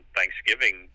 Thanksgiving